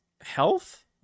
health